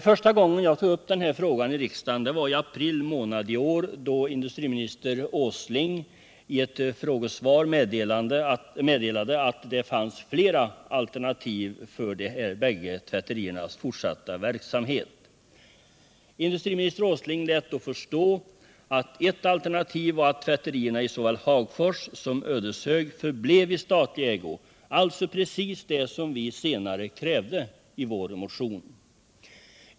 Första gången jag tog upp den här frågan i riksdagen var i april i år, då industriminister Åsling i ett frågesvar meddelade att det fanns flera alternativ för de bägge tvätteriernas fortsatta verksamhet. Industriminister Åsling lät förstå att ett alternativ var att tvätterierna i såväl Hagfors som Ödeshög förblev i statlig ägo — alltså precis det som vi senare krävde i vår motion.